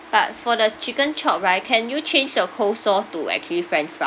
but for the chicken chop right can you change the coleslaw to actually french